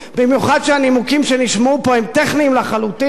במיוחד שהנימוקים שנשמעו פה הם טכניים לחלוטין,